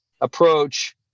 approach